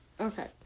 okay